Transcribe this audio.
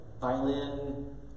violin